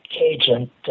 agent